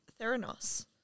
Theranos